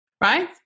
Right